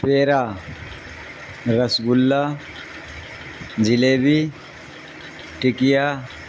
پپیرا rasgulla jalebi ٹکیا